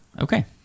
Okay